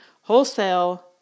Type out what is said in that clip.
wholesale